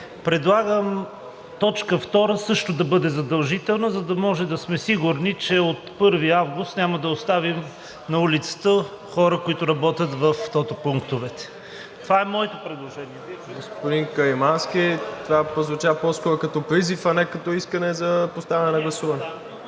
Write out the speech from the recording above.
предлагам т. 2 също да бъде задължителна, за да може да сме сигурни, че от 1 август няма да оставим на улицата хора, които работят в тото пунктовете. Това е моето предложение. ПРЕДСЕДАТЕЛ МИРОСЛАВ ИВАНОВ: Господин Каримански, това прозвуча по-скоро като призив, а не като искане за поставяне на гласуване.